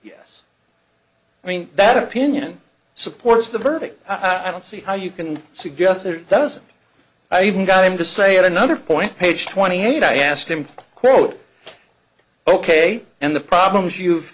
yes i mean that opinion supports the verdict i don't see how you can suggest that it doesn't i even got him to say at another point page twenty eight i asked him quote ok and the problems you've